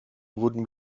wurden